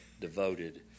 devoted